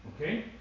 Okay